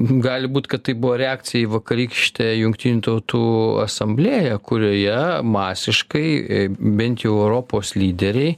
gali būt kad tai buvo reakcija į vakarykštę jungtinių tautų asamblėją kurioje masiškai bent jau europos lyderiai